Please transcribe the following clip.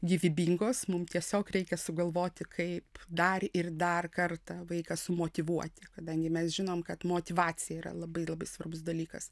gyvybingos mum tiesiog reikia sugalvoti kaip dar ir dar kartą vaiką sumotyvuoti kadangi mes žinom kad motyvacija yra labai labai svarbus dalykas